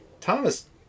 Thomas